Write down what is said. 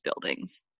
buildings